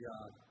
God